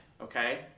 okay